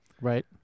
Right